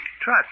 Try